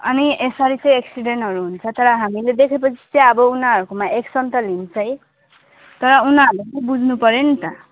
अनि यसरी चाहिँ एक्सिडेन्टहरू हुन्छ तर हामीले देखेपछि चाहिँ अब उनीहरूकोमा एक्सन त लिन्छै तर उनीहरूले पनि बुझ्नुपर्यो नि त